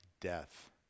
death